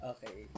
Okay